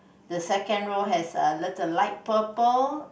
the second row has err little light purple